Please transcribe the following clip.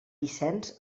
vicenç